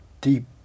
deep